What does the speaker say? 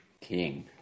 King